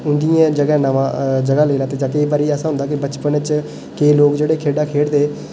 हून जियां जगह् नमां जगह् लेई लैती जा केईं बारी ऐसा होंदा कि बचपुनै च केईं लोक जेह्ड़े खेढां खेढदे हे